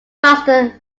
faster